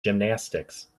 gymnastics